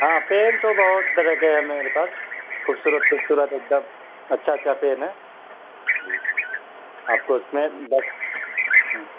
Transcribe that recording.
ہاں پین تو بہت طرح کے ہیں میرے پاس خوبصورت خوبصورت ایک دم اچھا اچھا پین ہے جی آپ کو اس میں دس ہوں